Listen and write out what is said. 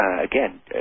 again